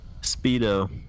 speedo